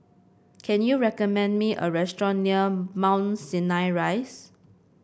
can you recommend me a restaurant near Mount Sinai Rise